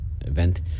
event